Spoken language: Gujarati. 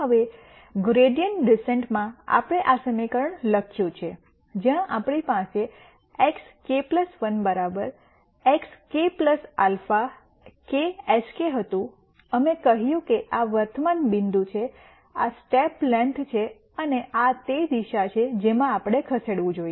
હવે ગ્રૈડીઅન્ટ ડિસેન્ટ માં આપણે આ સમીકરણ લખ્યું છે જ્યાં આપણી પાસે x k 1 x k α k sk હતું અમે કહ્યું કે આ વર્તમાન બિંદુ છે આ સ્ટેપ લેંથ છે અને આ તે દિશા છે જેમાં આપણે ખસેડવું જોઈએ